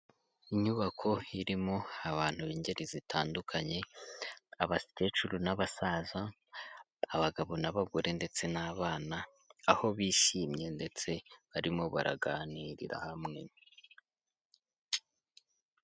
Inyubako irimo abantu b'ingeri zitandukanye, abakecuru n'abasaza abagabo n'abagore ndetse n'abana, aho bishimye ndetse barimo baraganirira hamwe.